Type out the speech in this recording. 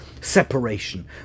separation